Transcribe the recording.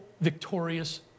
victorious